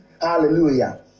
Hallelujah